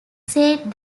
said